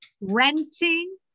Renting